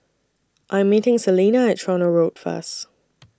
I Am meeting Salena At Tronoh Road First